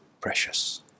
precious